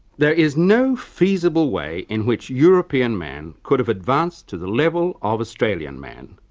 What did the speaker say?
there is no feasible way in which european man could have advanced to the level australian man,